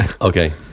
Okay